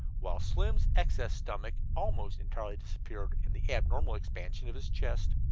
while slim's excess stomach almost entirely disappeared in the abnormal expansion of his chest.